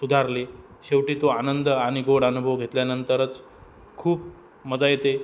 सुधारले शेवटी तो आनंद आणि गोड अनुभव घेतल्यानंतरच खूप मजा येते